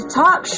talk